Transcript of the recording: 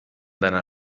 deiner